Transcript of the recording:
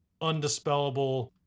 undispellable